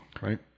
right